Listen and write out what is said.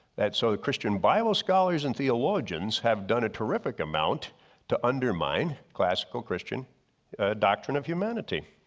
that so the christian bible scholars and theologians have done a terrific amount to undermine classical christian doctrine of humanity.